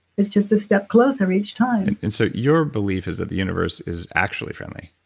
it's just a step closer each time and so your belief is that the universe is actually friendly?